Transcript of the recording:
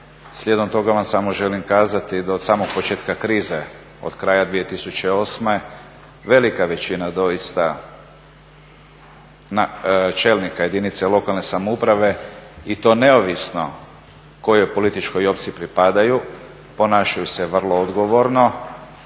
Slijedom toga vam samo želim kazati da od samog početka krize, od kraja 2008. velika većina doista čelnika jedinice lokalne samouprave i to neovisno kojoj političkoj opciji pripadaju, ponašaju se vrlo odgovorno,